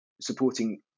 supporting